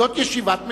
זאת ישיבת מליאה.